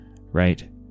Right